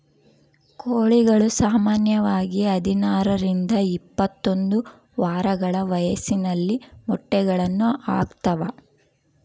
ಕೋಳಿಗಳು ಸಾಮಾನ್ಯವಾಗಿ ಹದಿನಾರರಿಂದ ಇಪ್ಪತ್ತೊಂದು ವಾರಗಳ ವಯಸ್ಸಿನಲ್ಲಿ ಮೊಟ್ಟೆಗಳನ್ನು ಹಾಕ್ತಾವ